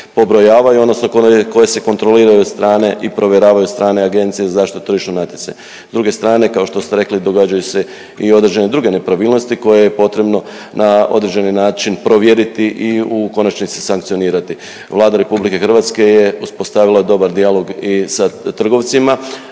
pobrojavaju, odnosno koje se kontroliraju od strane i provjeravaju od strane Agencije za zaštitu tržišnog natjecanja. S druge strane, kao što ste rekli, događaju se i određene druge nepravilnosti koje je potrebno na određeni način provjeriti i u konačnici, sankcionirati. Vlada RH je uspostavila dobar dijalog i sa trgovcima